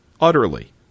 utterly